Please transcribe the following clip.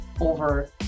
over